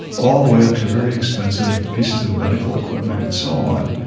all the way up to very expensive pieces of medical equipment and so on,